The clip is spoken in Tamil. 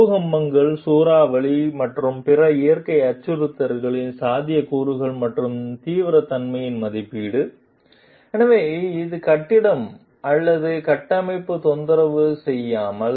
பூகம்பங்கள் சூறாவளி மற்றும் பிற இயற்கை அச்சுறுத்தல்களின் சாத்தியக்கூறுகள் மற்றும் தீவிரத்தன்மையின் மதிப்பீடு எனவே இது கட்டிடம் அல்லது கட்டமைப்பைத் தொந்தரவு செய்யலாம்